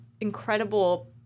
incredible